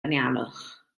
anialwch